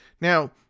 Now